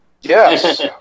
Yes